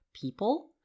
people